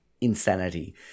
insanity